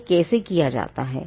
यह कैसे किया जाता है